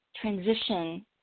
transition